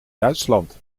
duitsland